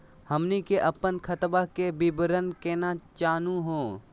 हमनी के अपन खतवा के विवरण केना जानहु हो?